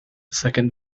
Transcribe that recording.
second